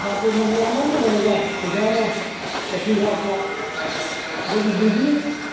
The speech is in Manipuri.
ꯁꯥꯇ꯭ꯔꯅ ꯃꯌꯥꯝ ꯑꯃ ꯂꯩꯔꯒ ꯑꯣꯖꯥꯅ ꯃꯁꯤꯡ ꯋꯥꯠꯄ ꯑꯗꯨꯗꯒꯤ ꯕꯤꯜꯗꯤꯡ